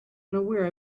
unaware